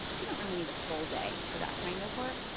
you don't really need a full day for that kind of work.